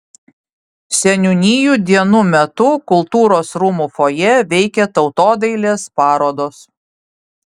seniūnijų dienų metu kultūros rūmų fojė veikė tautodailės parodos